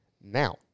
Now